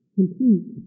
complete